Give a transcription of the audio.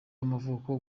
w’amavuko